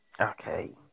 Okay